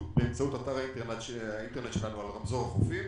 באמצעות אתר האינטרנט שלנו על רמזור החופים.